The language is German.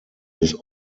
des